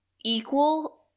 equal